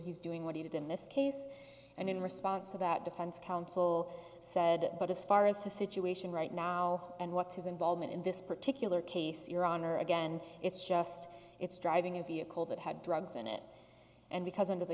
he's doing what he did in this case and in response to that defense counsel said but as far as the situation right now and what's his involvement in this particular case your honor again it's just it's driving a vehicle that had drugs in it and because